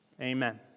Amen